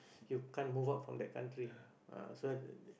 you can't move out from that country ah so